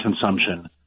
consumption